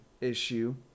issue